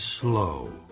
slow